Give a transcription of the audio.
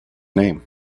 name